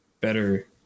better